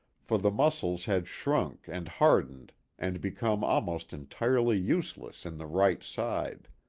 for the muscles had shrunk and hardened and become almost entirely useless in the right side.